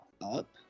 up